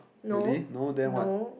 really no then what